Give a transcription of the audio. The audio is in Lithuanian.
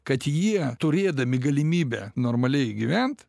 kad jie turėdami galimybę normaliai gyvent